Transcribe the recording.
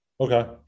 okay